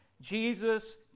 Jesus